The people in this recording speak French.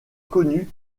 connus